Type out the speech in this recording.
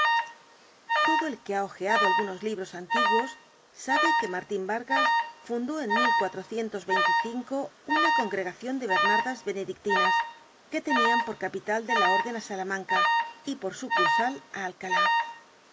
todo el que ha hojeado algunos libros antiguos sabe que martin vargas fundó en una congregacion de bernardas benedictinas que tenian por capital de la orden á salamanca y por sucursal á alcalá